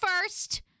first